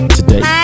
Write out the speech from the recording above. Today